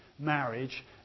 Marriage